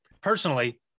personally